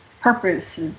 purpose